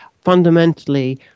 fundamentally